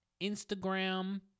Instagram